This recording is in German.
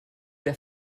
der